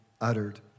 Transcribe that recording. uttered